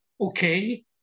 Okay